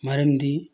ꯃꯔꯝꯗꯤ